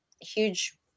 huge